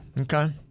Okay